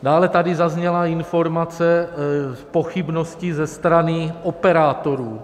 Dále tady zazněla informace, pochybnosti ze strany operátorů.